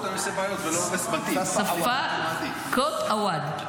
ספאא קוט עואד.